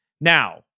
Now